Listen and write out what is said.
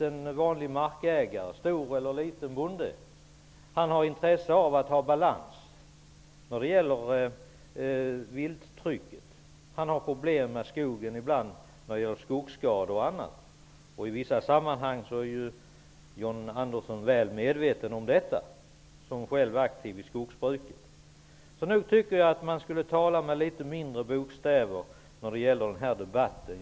En vanlig markägare, en stor eller liten bonde, har intresse av att ha balans i fråga om vilttrycket. Han kan ha problem med skogen ibland i form av skogsskador och annat. I vissa sammanhang är ju John Andersson som aktiv i skogsbruket väl medveten om detta. Så nog borde han tala med litet mindre bokstäver när det gäller den här debatten.